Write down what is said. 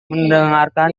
mendengarkan